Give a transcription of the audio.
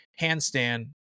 handstand